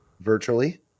virtually